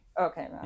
okay